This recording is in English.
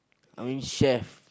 I mean chef